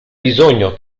bisogno